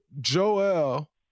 Joel